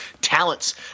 talents